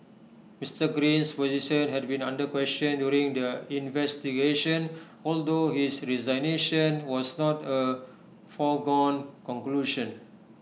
Mr Green's position had been under question during the investigation although his resignation was not A foregone conclusion